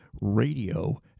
radio